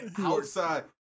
outside